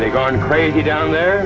they gone crazy down there